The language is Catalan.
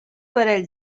parell